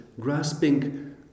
Grasping